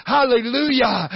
Hallelujah